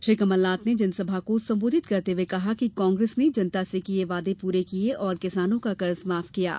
श्री कमलनाथ ने जनसभा को संबोधित करते हुए कहा कि कांग्रेस ने जनता से किये वायदे पूरे किये और किसानों का कर्ज माफ किया है